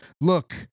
look